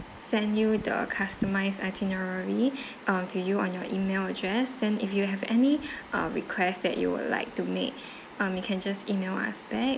send you the customized itinerary um to you on your email address then if you have any uh request that you would like to make um you can just email us back